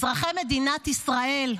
אזרחי מדינת ישראל,